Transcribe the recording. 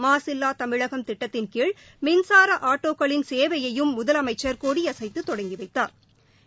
மாசில்லா தமிழகம் திட்டத்தின் கீழ் மின்சார ஆட்டோக்களின் சேவையையும் முதலமைச்சள் கொடியசைத்து தொடங்கி வைத்தாா்